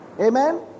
Amen